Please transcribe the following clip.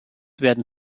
werden